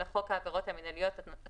לחוק הרשויות המקומיות (אכיפה סביבתית,